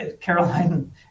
Caroline